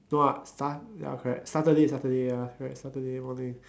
no ah sat~ ya correct Saturday Saturday ya correct Saturday morning